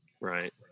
Right